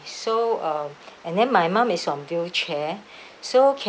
so um and then my mom is on wheelchair so can